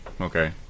okay